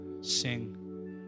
sing